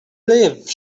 live